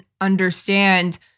understand